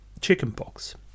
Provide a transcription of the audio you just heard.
chickenpox